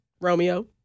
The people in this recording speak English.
Romeo